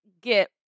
get